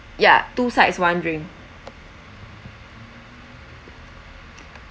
ya two sides one drink